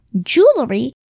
jewelry